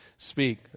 speak